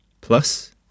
Plus